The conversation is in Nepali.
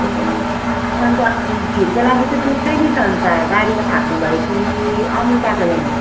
ए अनि त खिरको लागि चाहिँ दुध चाहिँ नि अनि त गाडीको थाप्नुभयो कि अमुल ताजा ल्याउनुभयो